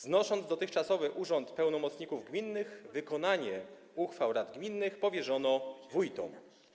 Znosząc dotychczasowy urząd pełnomocników gminnych, wykonanie uchwał rad gminnych powierzono wójtom.